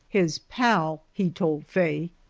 his pal he told faye,